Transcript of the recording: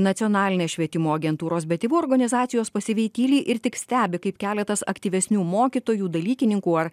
nacionalinės švietimo agentūros bet tėvų organizacijos pasyviai tyli ir tik stebi kaip keletas aktyvesnių mokytojų dalykininkų ar